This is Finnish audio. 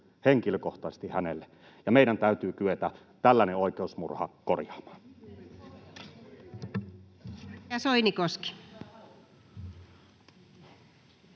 henkilökohtaisesti hänelle, ja meidän täytyy kyetä tällainen oikeusmurha korjaamaan.